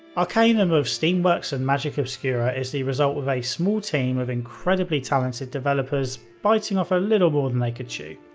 arcanum of steamworks and magick obscura is the result of a small team of incredibly talented developers biting off a little more than they could chew.